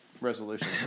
Resolution